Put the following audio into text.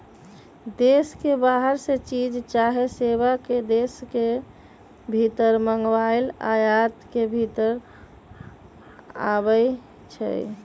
देश के बाहर से चीज चाहे सेवा के देश के भीतर मागनाइ आयात के भितर आबै छइ